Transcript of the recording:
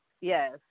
Yes